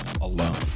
alone